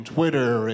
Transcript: Twitter